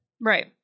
Right